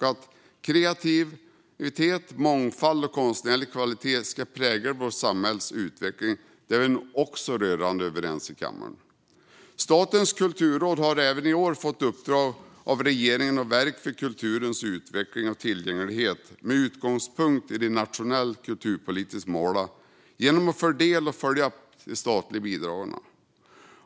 Att kreativitet, mångfald och konstnärlig kvalitet ska prägla vårt samhälles utveckling är vi nog också rörande överens om i kammaren. Statens kulturråd har även i år fått i uppdrag av regeringen att verka för kulturens utveckling och tillgänglighet med utgångspunkt i de nationella kulturpolitiska målen genom att fördela och följa upp de statliga bidragen.